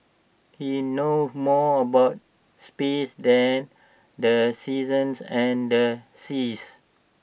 he know more about space than the seasons and the seas